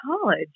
college